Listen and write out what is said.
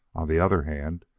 on the other hand,